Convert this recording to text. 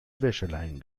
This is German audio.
wäscheleinen